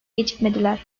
gecikmediler